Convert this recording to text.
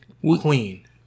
queen